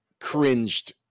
cringed